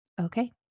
Okay